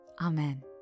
Amen